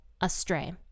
astray